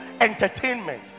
entertainment